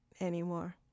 anymore